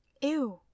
Ew